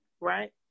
Right